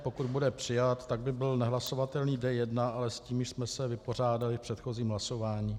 Pokud bude přijat, tak by byl nehlasovatelný D1, ale s tím už jsme se vypořádali v předchozím hlasování.